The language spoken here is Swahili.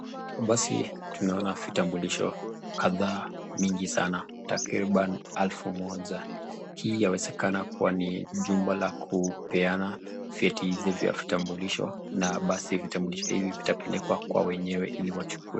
Basi tunaona vitambulisho kadhaa, mingi sana takriban alfu moja. Hii yawezakuwa ni chumba la kupeana vyeti hizi vya vitambulisho, na basi vitambulisho hivi vitapelekwa kwa wenyewe iliwachukue.